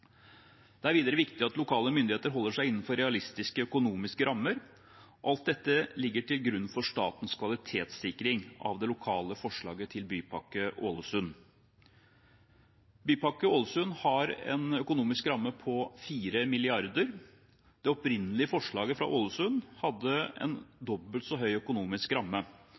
Det er videre viktig at lokale myndigheter holder seg innenfor realistiske økonomiske rammer. Alt dette ligger til grunn for statens kvalitetssikring av det lokale forslaget til Bypakke Ålesund. Bypakke Ålesund har en økonomisk ramme på 4 mrd. kr. Det opprinnelige forslaget fra Ålesund hadde en dobbelt så høy økonomisk ramme.